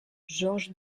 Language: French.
georges